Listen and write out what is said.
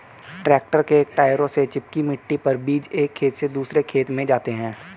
tractor के टायरों से चिपकी मिट्टी पर बीज एक खेत से दूसरे खेत में जाते है